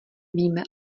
víme